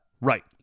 Right